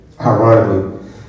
Ironically